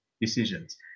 decisions